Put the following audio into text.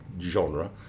genre